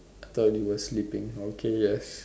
I thought you were sleeping okay yes